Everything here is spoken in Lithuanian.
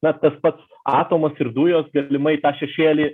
na tas pats atomas ir dujos galimai tą šešėlį